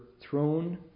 throne